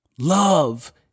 Love